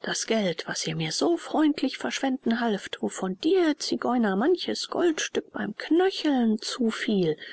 das geld was ihr mir so freundlich verschwenden halft wovon dir zigeuner manches goldstück beim knöcheln zufiel